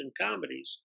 comedies